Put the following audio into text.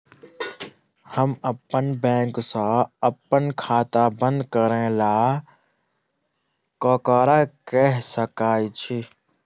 हम अप्पन बैंक सऽ अप्पन खाता बंद करै ला ककरा केह सकाई छी?